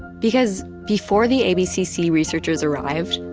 because before the abcc researchers arrived,